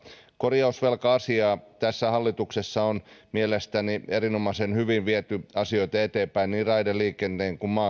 korjausvelka asiaa tässä hallituksessa on mielestäni erinomaisen hyvin viety eteenpäin niin raideliikenteen kuin